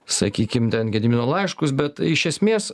sakykim ten gedimino laiškus bet iš esmės